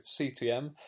CTM